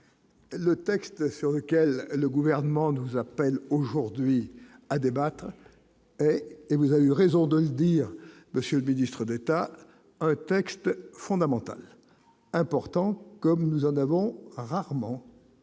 le texte sur lequel le gouvernement nous appelle aujourd'hui à débattre et vous avez eu raison de le dire Monsieur distraire d'État un texte fondamental important comme nous en avons rarement